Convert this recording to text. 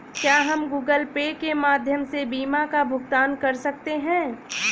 क्या हम Google Pay के माध्यम से बीमा का भुगतान कर सकते हैं?